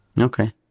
Okay